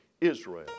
Israel